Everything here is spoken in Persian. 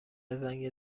زنگ